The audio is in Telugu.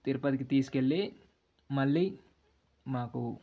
తిరుపతికి తీసుకు వెళ్లి మళ్ళీ మాకు